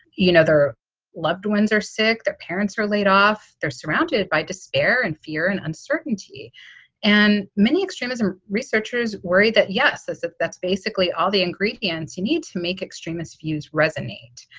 you know, their loved ones are sick. their parents are laid off. they're surrounded by despair and fear and uncertainty and many extremism. researchers worry that, yes, this if that's basically all the ingredients you need to make extremist views resonate.